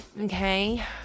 okay